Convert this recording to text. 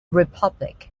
republic